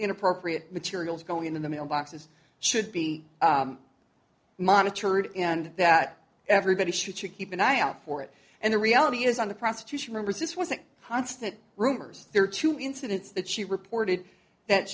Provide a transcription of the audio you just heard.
inappropriate material is going in the mailboxes should be monitored and that everybody should should keep an eye out for it and the reality is on the prosecution members this was a constant rumors there are two incidents that she